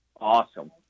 Awesome